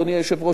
אדוני היושב-ראש,